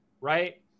right